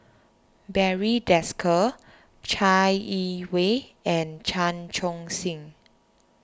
Barry Desker Chai Yee Wei and Chan Chun Sing